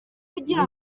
kugira